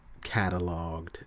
cataloged